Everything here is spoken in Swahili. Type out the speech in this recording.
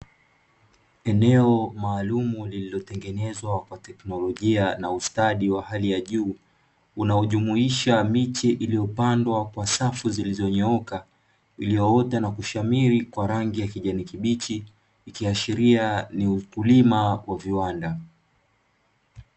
Eneo maalumu lililotengenezwa kwa teknolojia na ustadi wa hali ya juu, unaojumuisha miche iliyopandwa kwa safu zilizonyooka, iliyoota na kushamiri kwa rangi ya kijani kibichi, ikiashiria ni ukulima wa viwanda.